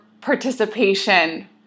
participation